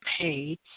pay